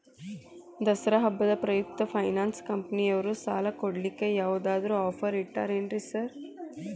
ದಸರಾ ಹಬ್ಬದ ಪ್ರಯುಕ್ತ ಫೈನಾನ್ಸ್ ಕಂಪನಿಯವ್ರು ಸಾಲ ಕೊಡ್ಲಿಕ್ಕೆ ಯಾವದಾದ್ರು ಆಫರ್ ಇಟ್ಟಾರೆನ್ರಿ ಸಾರ್?